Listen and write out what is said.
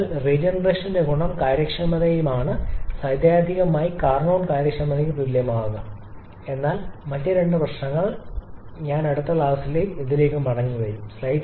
അതിനാൽ റീ ജനറേഷൻന്റെ ഗുണം കാര്യക്ഷമതയാണ് സൈദ്ധാന്തികമായി കാർനോട്ടിന് കാര്യക്ഷമത തുല്യമാകുക എന്നാൽ മറ്റ് രണ്ട് പ്രശ്നങ്ങൾ ഞാൻ അടുത്ത ക്ലാസ്സിൽ ഇതിലേക്ക് മടങ്ങിവരും